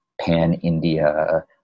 pan-India